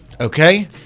Okay